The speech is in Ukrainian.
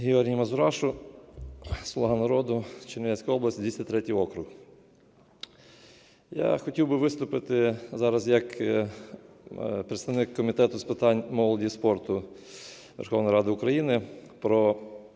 Георгій Мазурашу, "Слуга народу",Чернівецька область 203 округ. Я хотів би виступити зараз як представник Комітету з питань молоді і спорту Верховної Ради України про